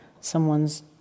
someone's